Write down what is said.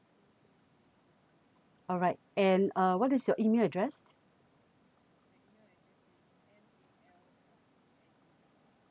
alright and uh what is your email address